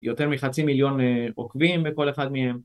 ‫יותר מחצי מיליון עוקבים ‫בכל אחד מהם.